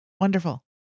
wonderful